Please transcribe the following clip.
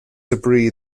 debris